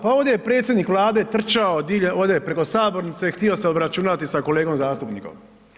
Pa ovdje je predsjednik Vlade trčao ovdje preko sabornice i htio se obračunati sa kolegom zastupnikom.